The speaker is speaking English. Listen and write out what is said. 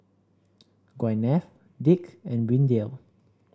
Gwyneth Dick and Windell